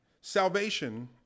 Salvation